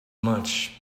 much